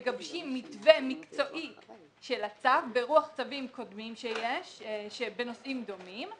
מגבשים מתווה מקצועי של הצו ברוח צווים קודמים שיש בנושאים דומים,